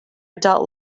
adult